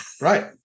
right